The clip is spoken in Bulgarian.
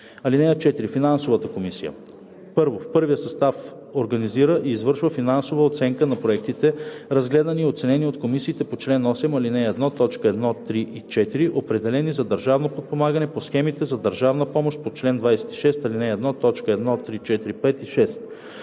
(4) Финансовата комисия: 1. в първия състав организира и извършва финансова оценка на проектите, разгледани и оценени от комисиите по чл. 8, ал. 1, т. 1, 3 и 4, определени за държавно подпомагане по схемите за държавна помощ по чл. 26, ал. 1, т.